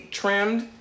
trimmed